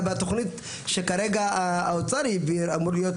בתוכנית שכרגע האוצר הגדיר אמור להיות